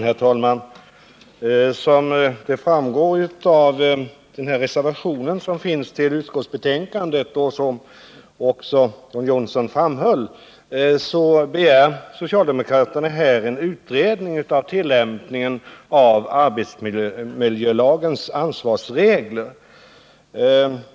Herr talman! Som framgår av den reservation som fogats vid utskottsbetänkandet och av vad John Johnsson sade begär socialdemokraterna en utredning om tillämpningen av arbetsmiljölagens ansvarsregler.